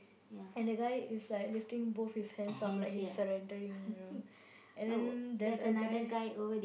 and the guy is like lifting both his hands up like he's surrendering you know and then there's a guy